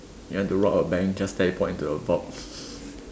you want to rob a bank just teleport into a vault